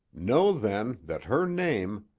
know, then, that her name,